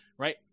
Right